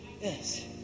yes